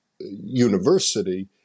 university